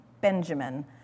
Benjamin